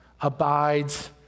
abides